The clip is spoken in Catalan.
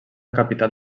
capital